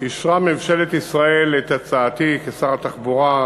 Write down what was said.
אישרה ממשלת ישראל את הצעתי כשר התחבורה,